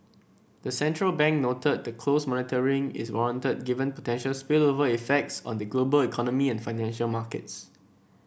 the central bank noted that close monitoring is warranted given potential spillover effects on the global economy and financial markets